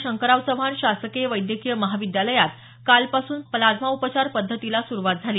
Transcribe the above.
शंकरराव चव्हाण शासकीय वैद्यकीय महाविद्यालयात कालपासून प्लाझ्मा उपचार पद्धतीला सुरुवात झाली